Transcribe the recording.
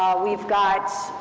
we've got,